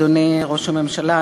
אדוני ראש הממשלה,